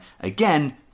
Again